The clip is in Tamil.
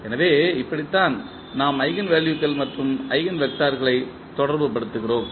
எனவே இப்படித்தான் நாம் ஈஜென்வெல்யூக்கள் மற்றும் ஈஜென்வெக்டர்களை தொடர்புபடுத்துகிறோம்